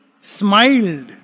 smiled